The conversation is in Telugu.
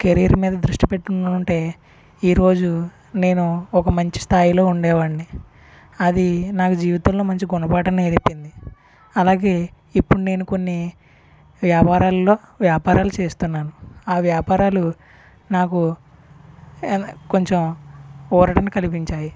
కెరీర్ మీద దృష్టి పెట్టినిన్నుంటే ఈరోజు నేను ఒక మంచి స్థాయిలో ఉండేవాన్ని అది నాకు జీవితంలో మంచి గుణపాఠం నేరిపింది అలాగే ఇప్పుడు నేను కొన్ని వ్యాపారాల్లో వ్యాపారాలు చేస్తున్నాను ఆ వ్యాపారాలు నాకు కొంచెం ఊరటను కలిపించాయి